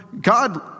God